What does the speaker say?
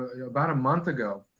about a month ago.